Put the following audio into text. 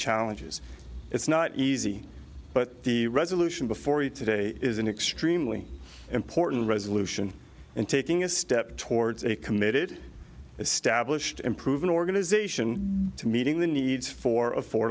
challenges it's not easy but the resolution before you today is an extremely important resolution and taking a step towards a committed established improving organization to meeting the needs for